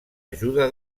ajuda